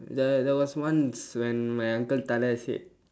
there there was once when my uncle thala said